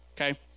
okay